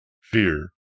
fear